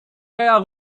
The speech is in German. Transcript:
der